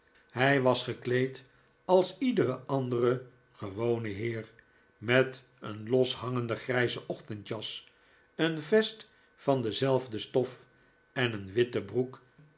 hij was gekleed als iedere andere gewone heer met een loshangende grijze ochtendjas een vest van dezelfde stof en een witte broek